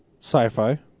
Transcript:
sci-fi